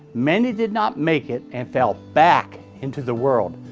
many did not make it and fell back into the world.